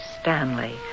Stanley